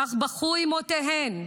כך בכו אימהותיהן.